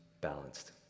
balanced